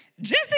Jesse